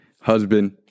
husband